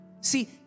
See